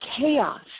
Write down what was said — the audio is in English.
chaos